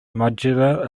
modular